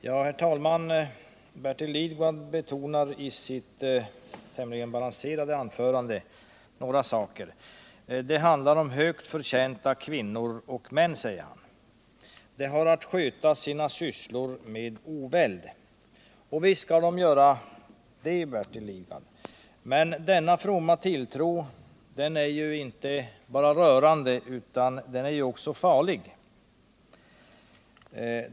Herr talman! Bertil Lidgard betonade i sitt tämligen balanserade anförande några saker. Bl. a. sade han: Det handlar om högt förtjänta kvinnor och män. De har att sköta sina sysslor med oväld. Visst skall de göra det, Bertil Lidgard. Men denna fromma tilltro är inte bara rörande utan också farlig.